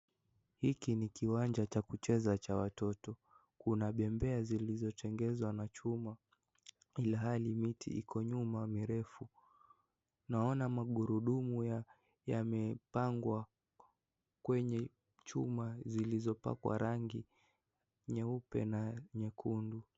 Hiki ni kiwanja cha kucheza cha watoto, kuna pembea zilizotengenezwa na chuma ilhali miti iko nyuma mirefu ,naona magurudumu yamepangwa kwenye chumba zilizopakwa rangi nyeupe na nyekundu.